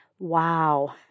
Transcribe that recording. wow